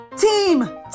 Team